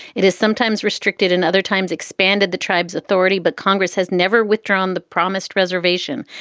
it is sometimes restricted and other times expanded the tribe's authority. but congress has never withdrawn the promised reservation.